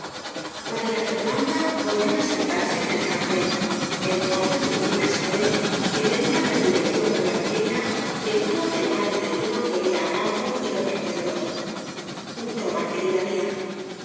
maría fernanda volvió á sentarse en el canapé entonces mi prima isabel que tenía predilección por la peque ña le quitó aquel paño de lino que olía á campo y lo partió en dos toma querida mía